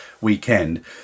weekend